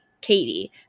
katie